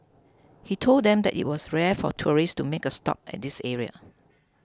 he told them that it was rare for tourists to make a stop at this area